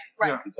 right